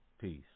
peace